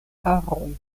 haroj